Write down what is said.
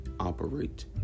Operate